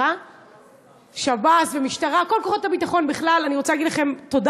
אני רוצה להגיד תודה